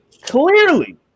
clearly